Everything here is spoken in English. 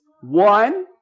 One